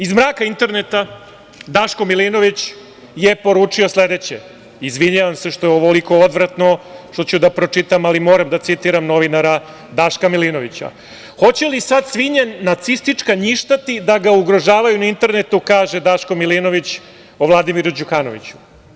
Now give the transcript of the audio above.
Iz mraka interneta Daško Milinović je poručio sledeće, izvinjavam se što je ovoliko odvratno što ću da pročitam, ali moram da citiram novinara Daška Milinovića: „Hoće li sad svinja nacistička njištati da ga ugrožavaju na internetu“, kaže Daško Milinović o Vladimiru Đukanoviću.